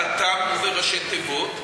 חתמנו בראשי תיבות,